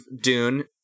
Dune